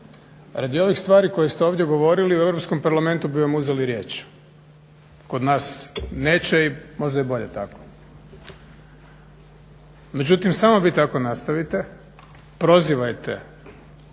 Radi ovih stvari koje ste ovdje govorili u Europskom parlamentu bi vam uzeli riječ, od nas neće, možda i bolje tako. Međutim samo vi tako nastavite, prozivajte